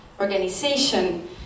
organization